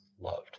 loved